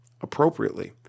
appropriately